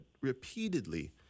repeatedly